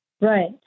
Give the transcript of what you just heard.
Right